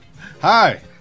hi